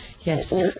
Yes